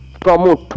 promote